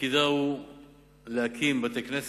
תפקידה להקים בתי-כנסת,